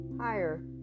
higher